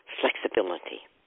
flexibility